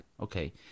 Okay